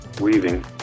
weaving